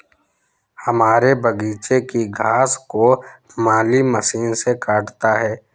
हमारे बगीचे की घास को माली मशीन से काटता है